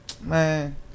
man